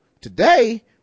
today